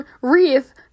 Wreath